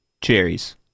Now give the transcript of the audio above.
cherries